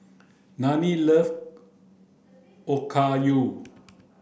Lani loves Okayu